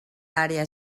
àrea